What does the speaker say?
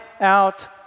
out